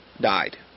died